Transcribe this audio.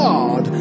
God